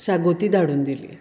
शागोती धाडून दिली